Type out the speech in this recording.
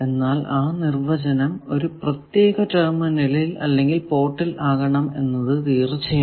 എന്നാൽ ആ നിർവചനം ഒരു പ്രത്യേക ടെർമിനലിൽ അല്ലെങ്കിൽ പോർട്ടിൽ ആകണം എന്നത് തീർച്ചയാണ്